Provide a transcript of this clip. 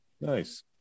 Nice